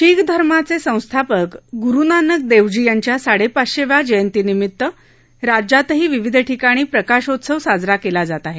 शिख धर्माचे संस्थापक गुरुनानक देवजी यांच्या साडेपाचशेव्या जयंतीनिमित्त राज्यातही विविध ठिकाणी प्रकाशोत्सव साजरा केला जात आहे